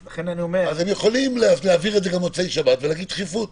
אז הם יכולים להעביר את זה גם במוצאי שבת ולהגיד דחיפות.